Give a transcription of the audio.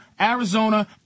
Arizona